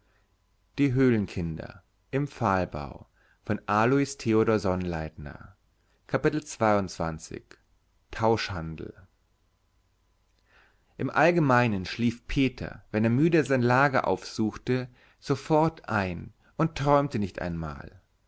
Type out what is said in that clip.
im allgemeinen schlief peter wenn er müde sein lager aufsuchte sofort ein und träumte nicht einmal